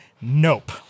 Nope